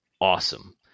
awesome